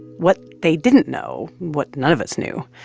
what they didn't know, what none of us knew,